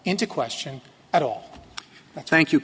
into question at all thank you